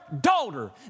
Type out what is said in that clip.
daughter